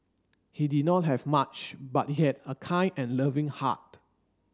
he did not have much but he had a kind and loving heart